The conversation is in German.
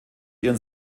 ihren